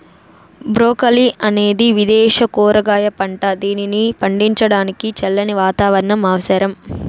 broccoli అనేది విదేశ కూరగాయ పంట, దీనిని పండించడానికి చల్లని వాతావరణం అవసరం